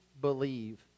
believe